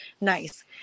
nice